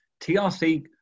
TRC